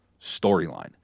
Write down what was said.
storyline